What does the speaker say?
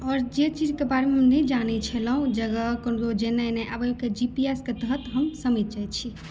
आओर जे चीजकेँ बारेमे हम नहि जानै छलहुँ जगह केम्हरो जेनाइ एनाइ ओहिकेँ जी पी एस केँ तहत हम समझि जाइ छी